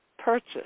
Purchase